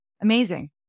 amazing